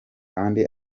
kandi